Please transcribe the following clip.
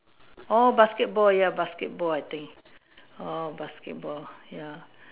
oh basketball ya basketball I think oh basketball ya